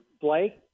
Blake